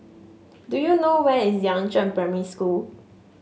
do you know where is Yangzheng Primary School